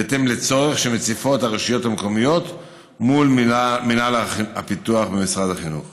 בהתאם לצורך שמציפות הרשויות המקומיות מול מינהל הפיתוח במשרד החינוך.